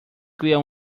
criar